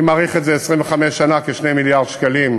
אני מעריך את זה, ל-25 שנה, ב-2 מיליארד שקלים,